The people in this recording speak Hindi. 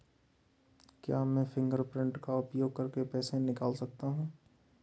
क्या मैं फ़िंगरप्रिंट का उपयोग करके पैसे निकाल सकता हूँ?